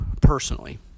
personally